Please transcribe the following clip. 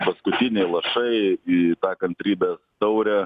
paskutiniai lašai į tą kantrybės taurę